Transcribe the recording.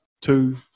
two